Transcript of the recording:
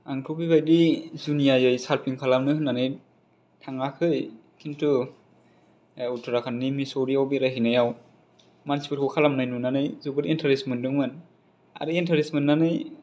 आंथ' बिबादि जुनियायै सारफिं खालामनो होननानै थाङाखै खिनथु उत्तराखाण्डनि मायसर आव बेरायहैनायाव मानसिफोरखौ खालामनाय नुनानै जोबोर इनटारेस्ट मोनदों मोन आरो इनटारेस्ट मोननानै